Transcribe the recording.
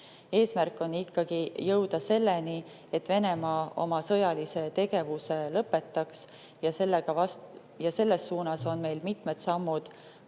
Eesmärk on ikkagi jõuda selleni, et Venemaa oma sõjalise tegevuse lõpetaks, ja selles suunas on meil mitmed sammud töös.